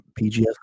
PGF